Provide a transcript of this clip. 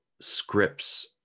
scripts